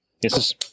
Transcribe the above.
yes